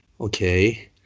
Okay